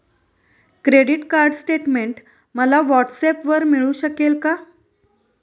Credit card statement मला व्हॉट्सऍपवर मिळू शकेल का?